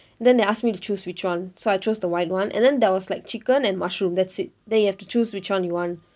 then they ask me to choose which one so I chose the white one and then there was like chicken and mushroom that's it then you have to choose which one you want